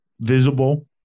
visible